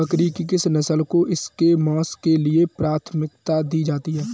बकरी की किस नस्ल को इसके मांस के लिए प्राथमिकता दी जाती है?